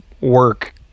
work